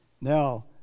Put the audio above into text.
Now